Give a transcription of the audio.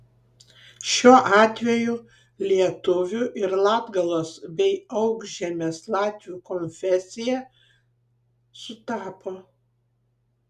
šiuo atveju lietuvių ir latgalos bei aukšžemės latvių konfesija sutapo